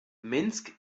minsk